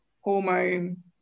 hormone